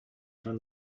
from